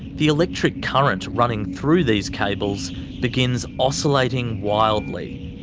the electric current running through these cables begins oscillating wildly.